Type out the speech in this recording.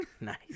Nice